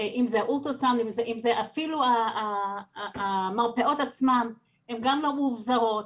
אם זה האולטרסאונד ואם זה אפילו המרפאות עצמן שהן גם לא מאובזרות,